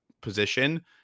position